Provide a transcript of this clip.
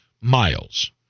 miles